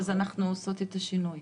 אז אנחנו עושות את השינוי.